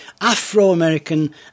Afro-American